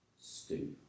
stew